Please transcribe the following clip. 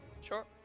Sure